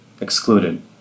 excluded